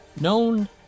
known